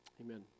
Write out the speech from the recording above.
Amen